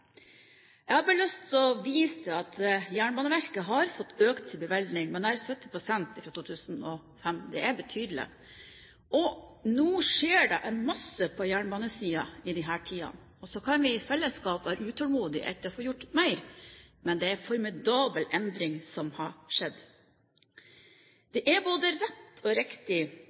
Jeg har bare lyst til å vise til at Jernbaneverket har fått økt sin bevilgning med nær 70 pst. fra 2005. Det er betydelig. Nå skjer det en masse på jernbanesiden i disse tider, og så kan vi i fellesskap være utålmodig etter å få gjort mer, men det er en formidabel endring som har skjedd. Det er riktig å sikre et mer miljøvennlig samfunn og